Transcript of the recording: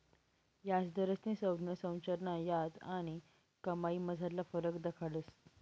याजदरस्नी संज्ञा संरचना याज आणि कमाईमझारला फरक दखाडस